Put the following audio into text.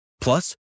Plus